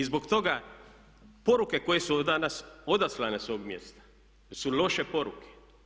I zbog toga poruke koje su danas odaslane s ovoga mjesta, su loše poruke.